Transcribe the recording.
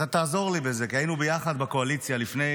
אתה תעזור לי בזה, כי היינו ביחד בקואליציה לפני